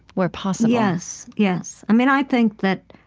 where possible yes. yes. i mean, i think that,